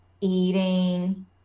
eating